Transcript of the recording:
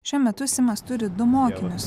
šiuo metu simas turi du mokinius